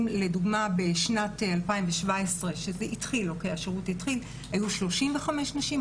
אם בשנת 2017 כשהשירות התחיל היו 35 נשים,